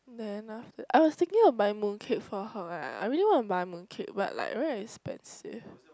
then after I was thinking of buy mooncake for her eh I really want to buy mooncake but like very expensive